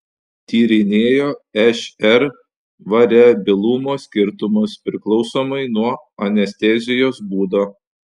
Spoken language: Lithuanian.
tyrinėjo šr variabilumo skirtumus priklausomai nuo anestezijos būdo